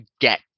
get